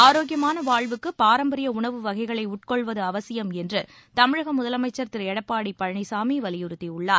ஆரோக்கியமான வாழ்வுக்கு பாரம்பரிய உணவு வகைகளை உட்கொள்வது அவசியம் என்று தமிழக முதலமைச்சர் திரு எடப்பாடி பழனிசாமி வலியுறுத்தியுள்ளார்